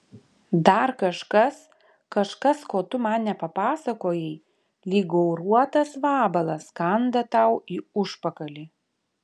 dar kažkas kažkas ko tu man nepapasakojai lyg gauruotas vabalas kanda tau į užpakalį